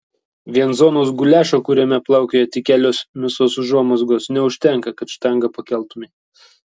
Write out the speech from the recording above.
vien zonos guliašo kuriame plaukioja tik kelios mėsos užuomazgos neužtenka kad štangą pakeltumei